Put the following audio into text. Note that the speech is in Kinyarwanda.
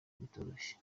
bitoroshye